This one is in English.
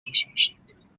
relationships